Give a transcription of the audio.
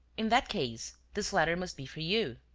in that case, this letter must be for you.